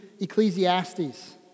Ecclesiastes